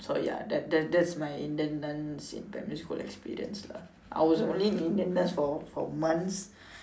so ya that that that's my Indian dance in primary school experience lah I was only in Indian dance for for months